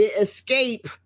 escape